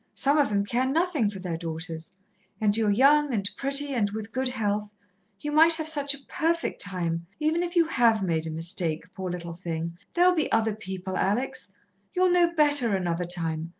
some of them care nothing for their daughters and you're young and pretty and with good health you might have such a perfect time, even if you have made a mistake, poor little thing, there'll be other people, alex you'll know better another time.